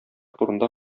турында